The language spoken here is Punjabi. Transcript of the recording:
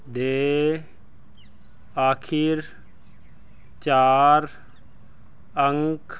ਦੇ ਆਖੀਰ ਚਾਰ ਅੰਕ